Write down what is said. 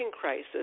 crisis